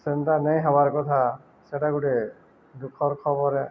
ସେନ୍ତା ନେଇ ହେବାର୍ କଥା ସେଟା ଗୋଟେ ଦୁଃଖର ଖବରେ